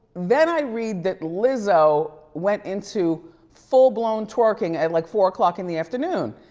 then i read that lizzo went into full blown twerking at like four o'clock in the afternoon,